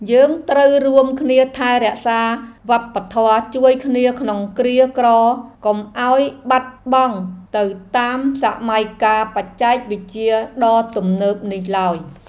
យើងត្រូវរួមគ្នាថែរក្សាវប្បធម៌ជួយគ្នាក្នុងគ្រាក្រកុំឱ្យបាត់បង់ទៅតាមសម័យកាលបច្ចេកវិទ្យាដ៏ទំនើបនេះឡើយ។